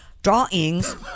drawings